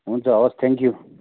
हुन्छ हवस् thank you